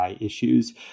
issues